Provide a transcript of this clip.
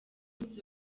munsi